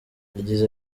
yagize